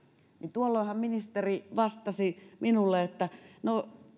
tuolloinhan ministeri vastasi minulle että no